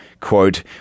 quote